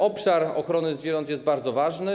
Obszar ochrony zwierząt jest bardzo ważny.